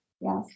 Yes